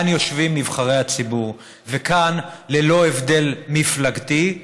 כאן יושבים נבחרי הציבור, וכאן, ללא הבדל מפלגתי,